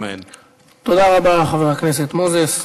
תודה רבה, חבר הכנסת מוזס.